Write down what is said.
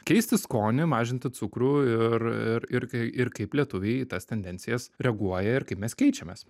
keisti skonį mažinti cukrų ir ir ir kai ir kaip lietuviai į tas tendencijas reaguoja ir kaip mes keičiamės